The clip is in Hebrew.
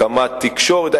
קמ"ט תקשורת.